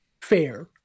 fair